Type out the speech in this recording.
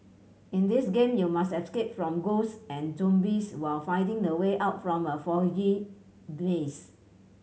in this game you must escape from ghosts and zombies while finding the way out from a foggy maze